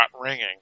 ringing